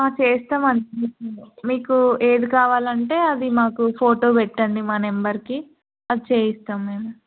చేస్తాం మీకు ఏది కావాలంటే అది మాకు ఫోటో పెట్టండి మా నెంబర్కి అది చేయిస్తాం మేము